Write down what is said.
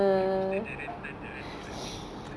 the mister darren tan that [one] or whatever his name was